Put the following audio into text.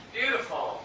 beautiful